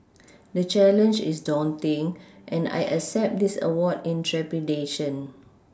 the challenge is daunting and I accept this award in trepidation